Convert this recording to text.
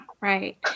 right